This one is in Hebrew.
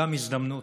גם הזדמנות,